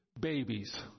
babies